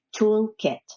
toolkit